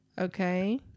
Okay